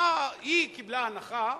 היא קיבלה הנחה,